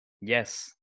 Yes